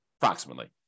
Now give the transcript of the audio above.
approximately